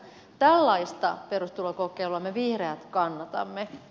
tällaista perustulokokeilua me vihreät kannatamme